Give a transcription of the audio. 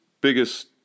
biggest